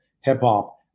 hip-hop